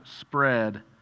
spread